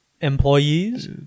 employees